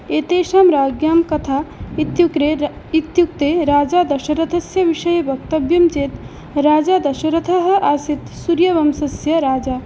एतेषां राज्ञां कथाः इत्युक्रे द्व् इत्युक्ते राजा दशरथस्य विषये वक्तव्यं चेत् राजा दशरथः आसीत् सूर्यवंशयस्य राजा